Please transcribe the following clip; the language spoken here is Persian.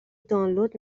دانلود